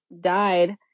died